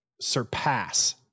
surpass